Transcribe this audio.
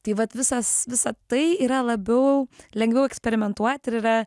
tai vat visas visa tai yra labiau lengviau eksperimentuot ir yra